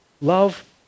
Love